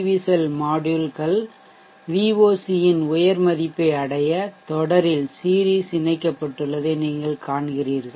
we cell மாட்யூல்கள் VOC இன் உயர் மதிப்பை அடைய தொடரில் சீரிஸ் இணைக்கப்பட்டுள்ளதை நீங்கள் காண்கிறீர்கள்